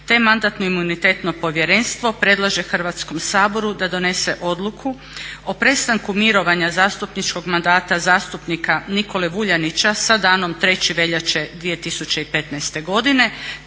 je Mandatno-imunitetno povjerenstvo predlaže Hrvatskom saboru da donese odluku o prestanu mirovanja zastupničkog mandata zastupnika Nikole Vuljanića sa danom 3.veljače 2015.godine